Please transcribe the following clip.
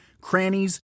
crannies